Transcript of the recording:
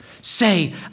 Say